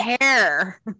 hair